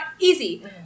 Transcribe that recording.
Easy